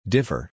Differ